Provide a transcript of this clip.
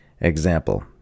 Example